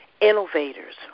innovators